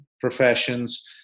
professions